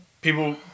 people